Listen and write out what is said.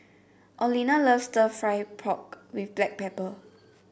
Olena loves stir fry pork with Black Pepper